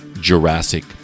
Jurassic